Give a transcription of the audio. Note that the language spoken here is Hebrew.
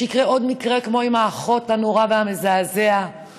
שיקרה עוד מקרה נורא ומזעזע כמו עם האחות?